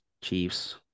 Chiefs